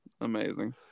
Amazing